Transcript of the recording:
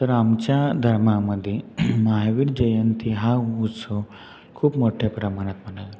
तर आमच्या धर्मामध्ये ममहावीर जयंती हा उत्सव खूप मोठ्या प्रमाणात मनाव